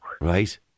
right